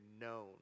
known